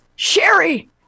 Sherry